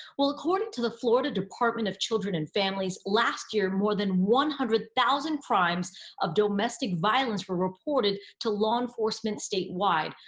well, according to the florida department of children and families, last year more than one hundred thousand crimes of domestic violence were reported to law enforcement statewide,